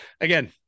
again